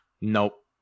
Nope